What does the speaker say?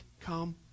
come